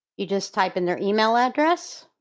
you just type in their email address.